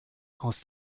aus